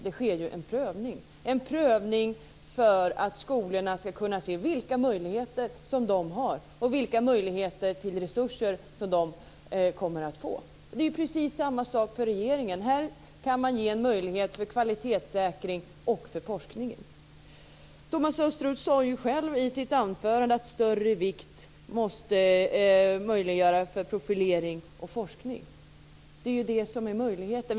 Det sker ju en prövning, en prövning för att skolorna ska kunna se vilka möjligheter de har och vilka möjligheter till resurser de kommer att få. Det är ju på precis samma sätt som för regeringen. Här kan man ge en möjlighet till kvalitetssäkring och forskning. Thomas Östros sade själv i sitt anförande att större vikt måste läggas vid att möjliggöra profilering och forskning. Det är det som är möjligheten.